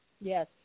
Yes